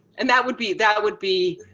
and that would be that would be,